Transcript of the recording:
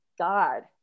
God